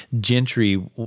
Gentry